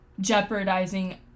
jeopardizing